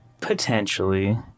Potentially